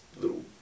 little